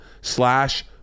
slash